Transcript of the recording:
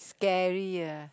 scary ah